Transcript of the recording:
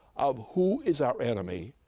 of who is our enemy,